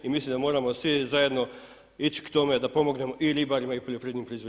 I mislim da moramo svi zajedno ići k tome da pomognemo i ribarima i poljoprivrednim proizvođačima.